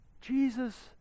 Jesus